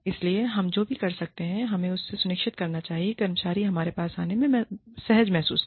इसलिए हम जो कर सकते हैं हमें यह सुनिश्चित करना चाहिए कि कर्मचारी हमारे पास आने में सहज महसूस करे